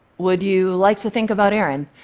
would you like to think about aaron?